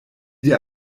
dir